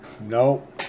Nope